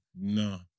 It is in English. No